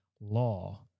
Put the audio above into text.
law